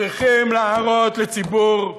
צריכים להראות לציבור,